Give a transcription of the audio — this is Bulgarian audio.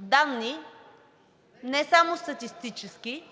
данни не само статистически